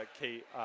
Kate